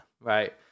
right